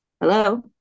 hello